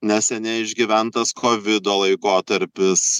neseniai išgyventas kovido laikotarpis